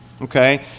Okay